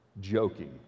joking